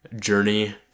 journey